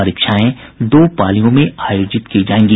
परीक्षाएं दो पालियों में आयोजित की जायेंगी